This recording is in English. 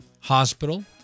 Hospital